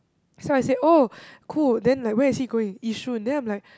so I said oh cool then like where is he going yishun then I'm like